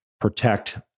protect